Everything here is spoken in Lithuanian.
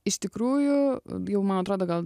iš tikrųjų jau man atrodo gal